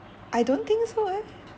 I don't think so eh